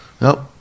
Nope